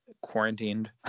Quarantined